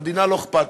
למדינה לא אכפת.